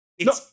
No